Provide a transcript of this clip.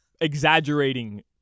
exaggerating